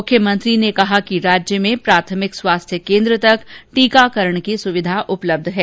मुख्यमंत्री ने कहा कि राज्य में प्राथमिक स्वास्थ्य केन्द्र तक वैक्सीनेशन की सुविधा उपलब्य है